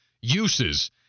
uses